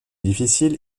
difficiles